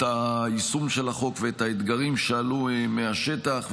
היישום של החוק ואת האתגרים שעלו מהשטח,